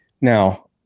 Now